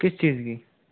किस चीज की